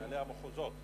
מנהלי המחוזות.